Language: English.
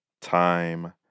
time